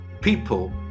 people